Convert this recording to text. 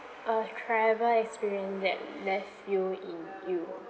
a travel experience that left you in